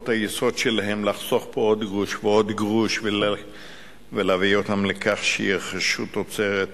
היסוד שלהם לחסוך פה עוד גרוש ועוד גרוש ולהביא אותם לכך שירכשו תוצרת